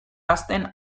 hazten